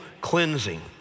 cleansing